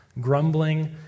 grumbling